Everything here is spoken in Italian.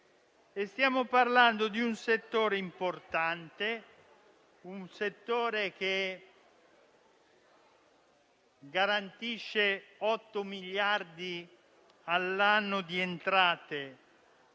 stiamo parlando di un settore importante, che garantisce otto miliardi all'anno di entrate